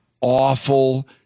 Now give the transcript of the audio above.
awful